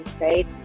right